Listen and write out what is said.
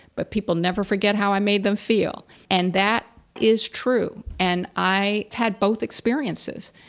but people never forget how i made them feel. and that is true. and i had both experiences.